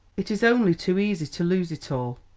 it is only too easy to lose it all,